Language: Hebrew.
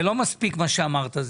לא מספיק מה שאמרת.